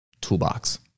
toolbox